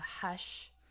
Hush